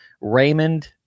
Raymond